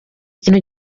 ikintu